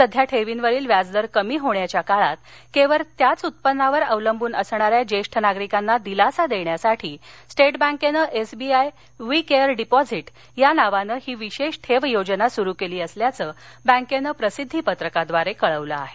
सध्या ठेवींवरील व्याजदर कमी होण्याच्या काळात केवळ त्याच उत्पन्नावर अवलंब्रन असणाऱ्या ज्येष्ठ नागरिकांना दिलासा देण्यासाठी स्टेट बँकेनं एसबीआय वूई केअर डिपॉझिट या नावाने ही विशेष ठेव योजना सुरु केली असल्याचं बँकेनं प्रसिद्धी पत्रकाद्वारे कळवलं आहे